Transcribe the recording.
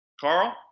Carl